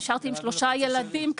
נשארתי עם שלושה ילדים קטנים,